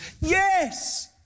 yes